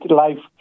life